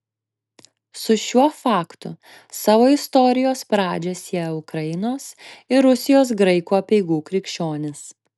su šiuo faktu savo istorijos pradžią sieją ukrainos ir rusijos graikų apeigų krikščionys